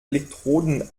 elektroden